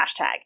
hashtag